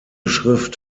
schrift